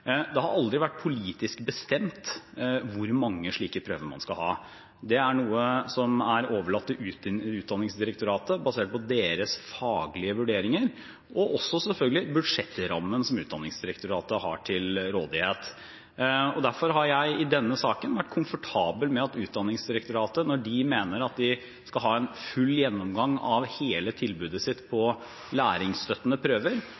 det, som jeg kommer til å besvare. Det har aldri vært politisk bestemt hvor mange slike prøver man skal ha. Det er noe som er overlatt til Utdanningsdirektoratet, basert på deres faglige vurderinger og også, selvfølgelig, på budsjettrammen som Utdanningsdirektoratet har til rådighet. Derfor har jeg i denne saken vært komfortabel med at når Utdanningsdirektoratet sier at de skal ha en full gjennomgang av hele sitt tilbud om læringsstøttende prøver,